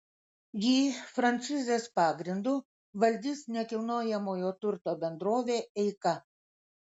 jį franšizės pagrindu valdys nekilnojamojo turto bendrovė eika